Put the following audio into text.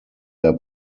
der